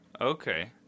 Okay